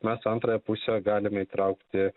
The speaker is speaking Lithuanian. mes antrąją pusę galime įtraukti